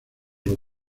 los